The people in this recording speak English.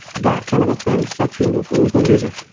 that kind of a thing set you into, and there's no music.